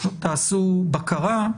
תעשו בקרה,